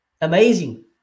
Amazing